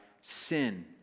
sin